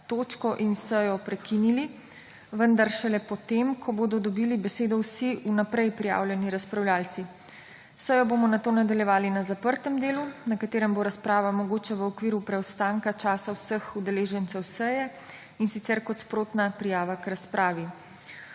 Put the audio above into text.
točko in sejo prekinili, vendar šele potem, ko bodo dobili besedo vsi vnaprej pripravljeni razpravljavci. Sejo bomo nato nadaljevali na zaprtem delu, na katerem bo razprava mogoče v okviru preostanka časa vseh udeležencev seje, in sicer kot sprotna prijava k razpravi.